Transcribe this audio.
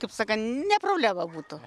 kaip sako ne problema būtų